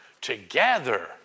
together